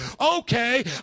Okay